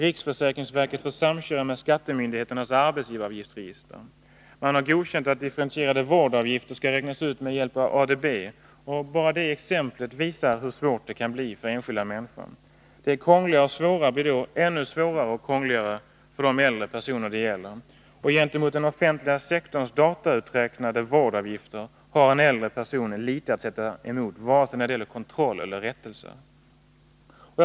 Riksförsäkringsverket får samköra med skattemyndigheternas arbetsgivaravgiftsregister. Man har godkänt att differentierade vårdavgifter skall räknas ut med hjälp av ADB. Bara det exemplet visar hur svårt det kan bli för den enskilda människan. Det krångliga och svåra blir då ännu svårare och krångligare för de äldre människor som det gäller. Gentemot den offentliga sektorns datauträknade vårdavgifter har en äldre person litet att sätta emot, vare sig det gäller kontroll eller det gäller rättelser.